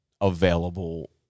available